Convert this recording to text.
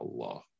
Allah